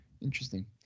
Interesting